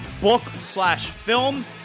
book-slash-film